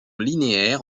linéaire